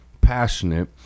passionate